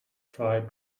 try